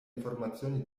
informazioni